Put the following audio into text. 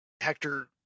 Hector